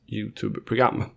YouTube-program